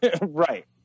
Right